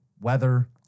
weather